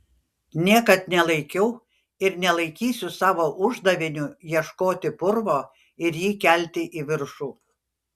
niekad nelaikiau ir nelaikysiu savo uždaviniu ieškoti purvo ir jį kelti į viršų